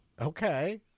Okay